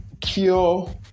cure